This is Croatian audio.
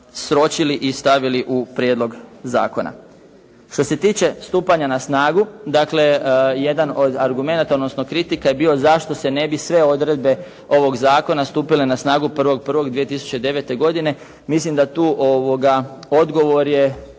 sročili i stavili u prijedlog zakona. Što se tiče stupanja na snagu. Dakle, jedan od argumenata, odnosno kritika je bio zašto ne bi sve odredbe ovog zakona stupile na snagu 1.1.2009. Mislim da tu odgovor je